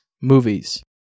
Movies